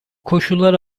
koşullar